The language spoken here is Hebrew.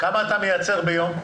כמה אתה מייצר ביום?